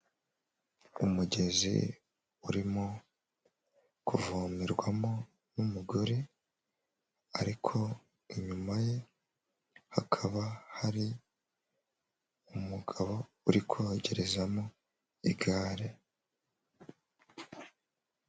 Umugezi urimo kuvomerwamo n'umugore, ariko inyuma ye hakaba hari umugabo uri kohogerezamo igare.